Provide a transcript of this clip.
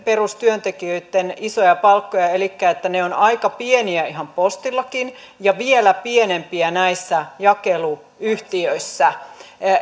perustyöntekijöitten isoja palkkoja elikkä ne ovat aika pieniä ihan postillakin ja vielä pienempiä näissä jakeluyhtiöissä